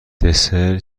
دسر